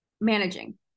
managing